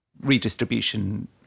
redistribution